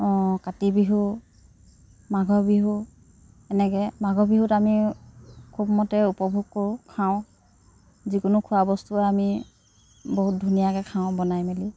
অ কাতি বিহু মাঘৰ বিহু এনেকৈ মাঘৰ বিহুত আমি খুব মতে উপভোগ কৰোঁ খাওঁ যিকোনো খোৱা বস্তুৱেই আমি বহুত ধুনীয়াকৈ খাওঁ বনাই মেলি